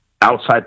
outside